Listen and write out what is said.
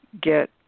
get